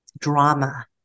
drama